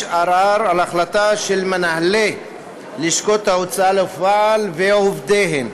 ערר על החלטה של מנהלי לשכות ההוצאה לפועל ועובדיהן.